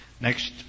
Next